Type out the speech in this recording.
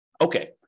Okay